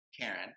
Karen